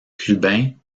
clubin